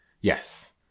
Yes